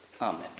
Amen